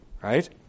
Right